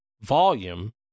volume